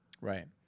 Right